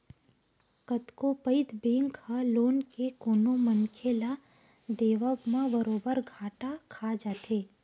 कतको पइत बेंक ह लोन के कोनो मनखे ल देवब म बरोबर घाटा खा जाथे